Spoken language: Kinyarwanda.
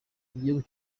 igihugu